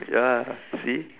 ya lah see